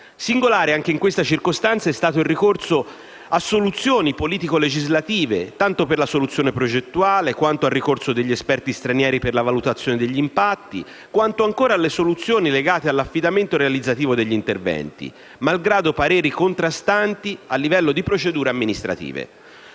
Singolare anche in questa circostanza è stato il ricorso a strumenti politico-legislativi, tanto per la soluzione progettuale, quanto per la scelta di esperti stranieri per la valutazione degli impatti, quanto ancora per le soluzioni legate all'affidamento realizzativo degli interventi, malgrado pareri contrastanti a livello di procedure amministrative.